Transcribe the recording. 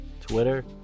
Twitter